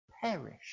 perish